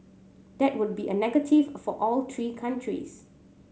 that would be a negative for all three countries